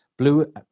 blue